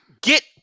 get